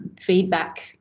feedback